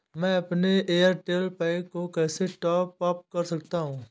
मैं अपने Airtel pack को कैसे टॉप अप कर सकता हूँ?